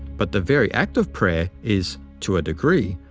but the very act of prayer is, to a degree,